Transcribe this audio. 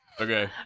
Okay